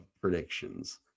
predictions